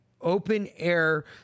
open-air